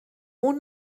اون